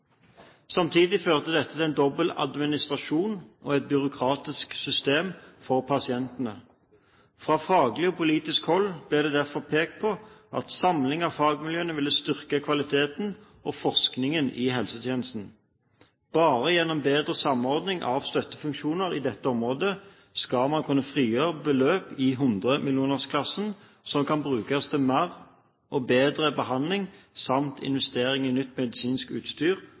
Samtidig førte dette til en dobbel administrasjon og et byråkratisk system for pasientene. Fra faglig og politisk hold ble det derfor pekt på at samling av fagmiljøene ville styrke kvaliteten og forskningen i helsetjenesten. Bare gjennom bedre samordning av støttefunksjoner i dette området skal man kunne frigjøre beløp i 100-millionerklassen, som kan brukes til mer og bedre behandling, samt til investering i nytt medisinsk utstyr